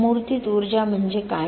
मूर्तित ऊर्जा म्हणजे काय